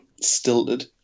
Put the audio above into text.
stilted